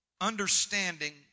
understanding